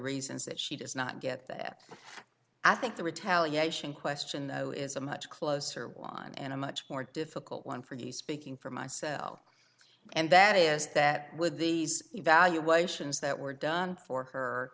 reasons that she does not get that i think the retaliation question though is a much closer won and a much more difficult one for the speaking for myself and that is that with these evaluations that were done for her